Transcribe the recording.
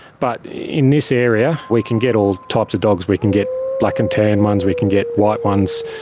but in this area we can get all types of dogs, we can get black and tan ones, we can get white ones,